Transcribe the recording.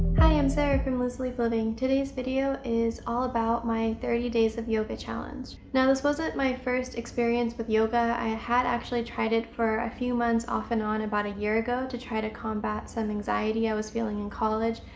hi i'm sara from loose leaf living. today's video is all about my thirty days of yoga challenge. now this wasn't my first experience with yoga. i ah had actually tried it for a few months off and on about a year ago to try to combat some anxiety i was feeling in college,